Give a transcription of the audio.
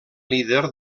líder